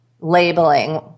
labeling